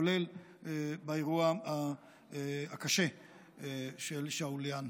כולל באירוע הקשה של סעידיאן.